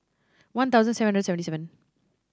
one thousand seven hundred seventy seven